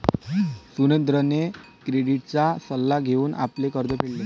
सुरेंद्रने क्रेडिटचा सल्ला घेऊन आपले कर्ज फेडले